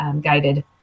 guided